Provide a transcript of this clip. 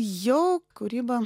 jau kūryba